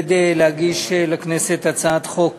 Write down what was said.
להגיש לכנסת הצעת חוק